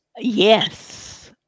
Yes